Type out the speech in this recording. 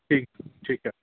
ਠੀਕ ਠੀਕ ਹੈ